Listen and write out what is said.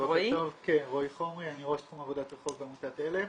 אני ראש תחום עבודת רחוב בעמותת על"ם.